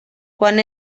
quan